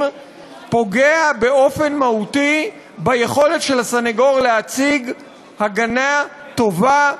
פוגע באופן מהותי ביכולת של הסנגור להציג הגנה טובה,